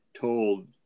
told